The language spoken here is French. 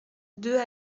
deux